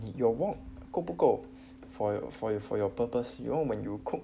your wok 够不够 for your for your for your purpose you know when you cook